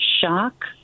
shock